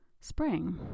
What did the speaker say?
spring